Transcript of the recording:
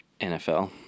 NFL